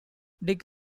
dick